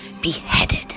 beheaded